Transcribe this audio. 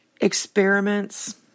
experiments